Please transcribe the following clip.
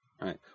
Right